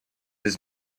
his